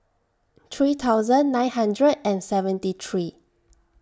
three thousand nine hundred and seventy three